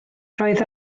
roedd